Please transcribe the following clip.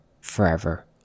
forever